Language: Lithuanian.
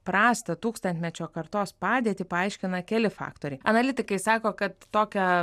prastą tūkstantmečio kartos padėtį paaiškina keli faktoriai analitikai sako kad tokią